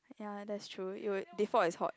ya that's true it will default is hot